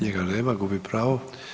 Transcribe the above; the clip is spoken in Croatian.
Njega nema, gubi pravo.